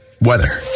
weather